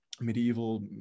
medieval